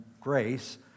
grace